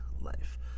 life